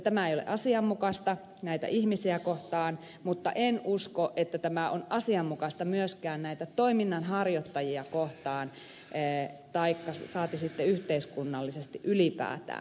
tämä ei ole asianmukaista näitä ihmisiä kohtaan mutta en usko että tämä on asianmukaista myöskään näitä toiminnanharjoittajia kohtaan saati sitten yhteiskunnallisesti ylipäätään